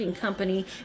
company